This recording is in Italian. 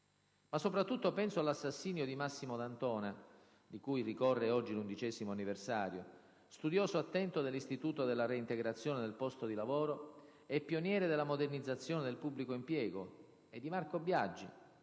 Ma soprattutto penso all'assassinio di Massimo D'Antona, di cui ricorre oggi l'undicesimo anniversario dalla morte, studioso attento dell'istituto della reintegrazione nel posto di lavoro e pioniere della modernizzazione del pubblico impiego, e di Marco Biagi,